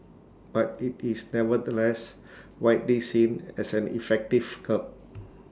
but IT is nevertheless widely seen as an effective curb